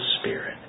spirit